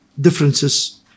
differences